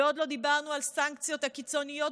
ועוד לא דיברנו על הסנקציות הקיצוניות